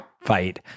fight